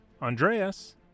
Andreas